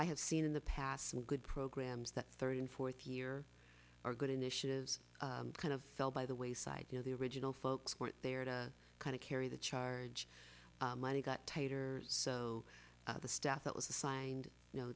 i have seen in the past some good programs that third and fourth year or good initiatives kind of fell by the wayside you know the original folks weren't there to kind of carry the charge money got tighter so the staff that was assigned